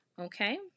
Okay